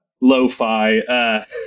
lo-fi